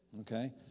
Okay